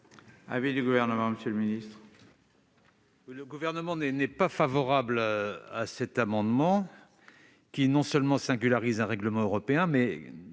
Le Gouvernement n'est pas favorable à cet amendement, qui non seulement singularise un règlement européen, mais